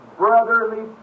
brotherly